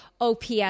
Ops